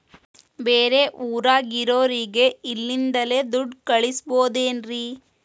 ಬೇರೆ ಊರಾಗಿರೋರಿಗೆ ಇಲ್ಲಿಂದಲೇ ದುಡ್ಡು ಕಳಿಸ್ಬೋದೇನ್ರಿ?